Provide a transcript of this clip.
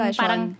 parang